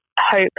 hope